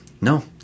No